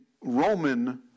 Roman